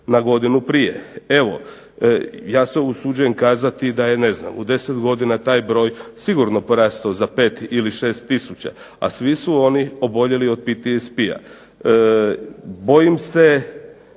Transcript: na godinu prije. Evo, ja se usuđujem kazati da je, ne znam, u 10 godina taj broj sigurno porastao za 5 ili 6 tisuća, a svi su oni oboljeli od PTSP-a. Bojim se,